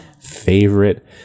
favorite